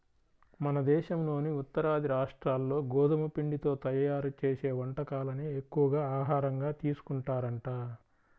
మన దేశంలోని ఉత్తరాది రాష్ట్రాల్లో గోధుమ పిండితో తయ్యారు చేసే వంటకాలనే ఎక్కువగా ఆహారంగా తీసుకుంటారంట